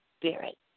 Spirit